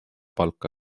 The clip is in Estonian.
palka